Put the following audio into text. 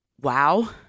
wow